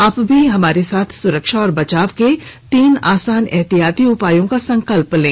आप भी हमारे साथ सुरक्षा और बचाव के तीन आसान एहतियाती उपायों का संकल्प लें